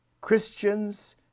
Christians